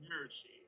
mercy